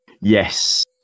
Yes